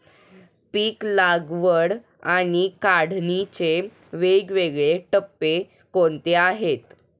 पीक लागवड आणि काढणीचे वेगवेगळे टप्पे कोणते आहेत?